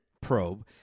probe